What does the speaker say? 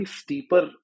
steeper